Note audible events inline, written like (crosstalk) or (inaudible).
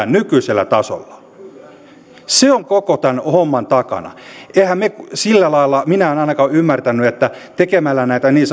(unintelligible) nykyisellä tasollaan se on koko tämän homman takana emmehän me sillä lailla minä en ole ainakaan ymmärtänyt että tekemällä näitä niin (unintelligible)